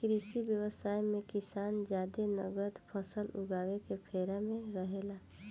कृषि व्यवसाय मे किसान जादे नगद फसल उगावे के फेरा में रहेला